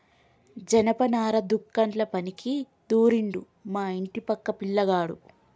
జనపనార దుకాండ్ల పనికి కుదిరిండు మా ఇంటి పక్క పిలగాడు